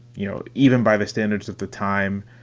you know, even by the standards of the time,